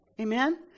Amen